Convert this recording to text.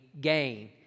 gain